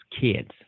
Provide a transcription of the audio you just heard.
kids